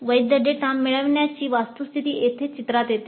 वैध डेटा मिळविण्याची वस्तुस्थिती येथे चित्रात येते